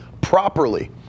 properly